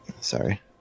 Sorry